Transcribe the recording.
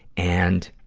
and,